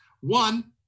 One